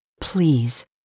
Please